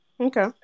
Okay